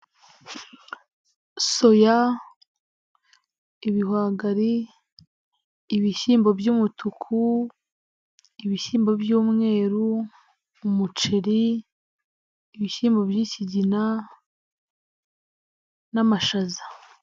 Soya, ibihwagari, ibishyimbo by'umutuku, ibishyimbo by'umweru, umuceri, ibishyimbo by'ikigina n'amashaza.